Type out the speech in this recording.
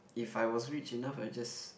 if I was rich enough I'll just